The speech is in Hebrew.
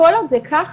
כל עוד זה ככה,